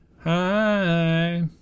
Hi